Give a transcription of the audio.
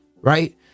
right